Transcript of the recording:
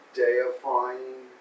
deifying